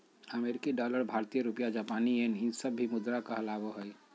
अमेरिकी डॉलर भारतीय रुपया जापानी येन ई सब भी मुद्रा कहलाबो हइ